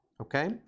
okay